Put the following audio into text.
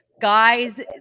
Guys